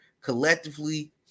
collectively